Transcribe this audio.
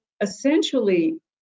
essentially